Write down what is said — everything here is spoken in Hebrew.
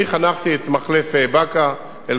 אני חנכתי את מחלף באקה-אל-ע'רביה,